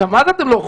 מה זה אתם לא אוכפים?